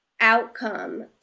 outcome